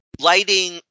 Lighting